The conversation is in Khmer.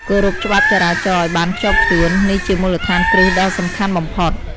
គោរពច្បាប់ចរាចរណ៍ឱ្យបានខ្ជាប់ខ្ជួន នេះជាមូលដ្ឋានគ្រឹះដ៏សំខាន់បំផុត។